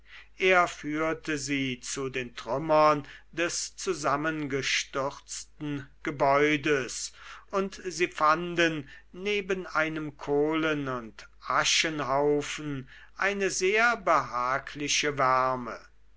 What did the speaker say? er führte sie zu den trümmern des zusammengestürzten gebäudes und sie fanden neben einem kohlen und aschenhaufen eine sehr behagliche wärme